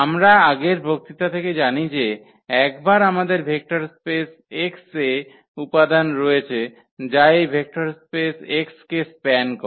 আমরা আগের বক্তৃতা থেকে জানি যে একবার আমাদের ভেক্টর স্পেস x এ উপাদান রয়েছে যা এই ভেক্টর স্পেস x কে স্প্যান করে